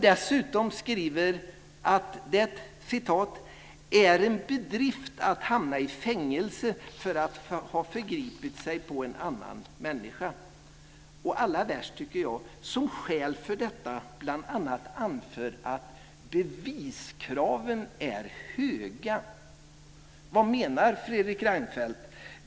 Dessutom skriver han att det "är en bedrift att hamna i fängelse för att ha förgripit sig på en annan människa". Och allra värst tycker jag att det är att han som skäl för detta bl.a. anför att "beviskraven är höga". Vad menar Fredrik Reinfeldt?